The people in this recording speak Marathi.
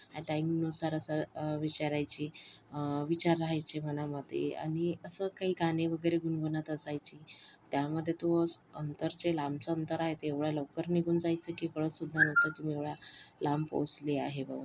या टाईमिंगनुसार असं विचारायची विचार राहायचे मनामध्ये आणि असं काही गाणे वगैरे गुणगुणत असायची त्यामध्ये तो अंतर जे लांबचं अंतर आहे ते एवढ्या लवकर निघून जायचं की कळतसुद्धा नव्हतं की मी एवढ्या लांब पोहोचले आहे बा म्हणून